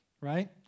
right